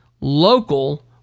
local